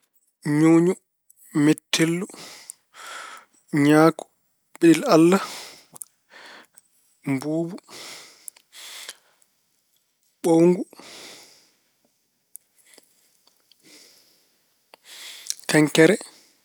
Ñuuñu, mettellu, ñaaku, beɗel-Allah, mbuubu, ɓowngu, teŋkere.